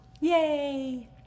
Yay